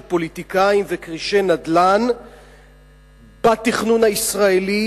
של פוליטיקאים וכרישי נדל"ן בתכנון הישראלי,